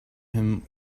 him